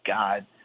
God